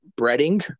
breading